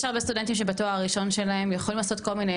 יש הרבה סטודנטים שבתואר הראשון שלהם יכולים לעשות כל מיני